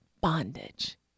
bondage